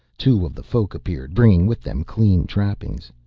two of the folk appeared, bringing with them clean trappings.